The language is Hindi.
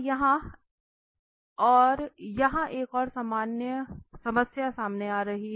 यहां एक और समस्या सामने आ रही है